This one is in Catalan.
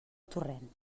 torrent